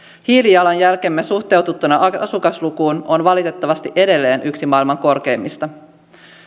hiilijalanjälkemme suhteutettuna asukaslukuun on valitettavasti edelleen yksi maailman korkeimmista